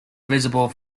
visible